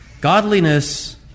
Godliness